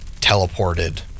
teleported